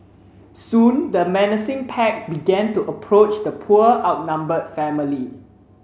soon the menacing pack began to approach the poor outnumbered family